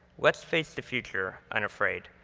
let's face the future unafraid.